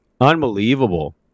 Unbelievable